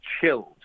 chilled